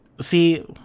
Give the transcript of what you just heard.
see